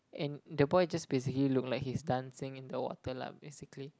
and the boy just basically look like he's dancing in the water lah basically